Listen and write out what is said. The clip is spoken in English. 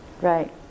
Right